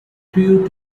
crew